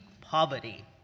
poverty